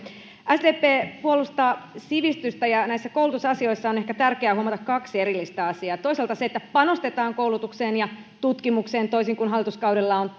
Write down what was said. sdp puolustaa sivistystä ja näissä koulutusasioissa on ehkä tärkeää huomata kaksi erillistä asiaa toisaalta se että panostetaan koulutukseen ja tutkimukseen toisin kuin hallituskaudella on